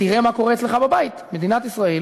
תראה מה קורה אצלך בבית: מדינת ישראל